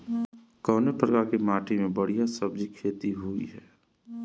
कवने प्रकार की माटी में बढ़िया सब्जी खेती हुई?